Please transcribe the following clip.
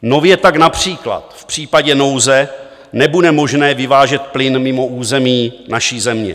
Nově tak například v případě nouze nebude možné vyvážet plyn mimo území naší země.